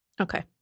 Okay